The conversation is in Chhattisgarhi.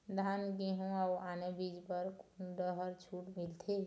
धान गेहूं अऊ आने बीज बर कोन डहर छूट मिलथे?